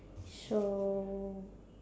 so